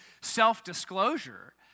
self-disclosure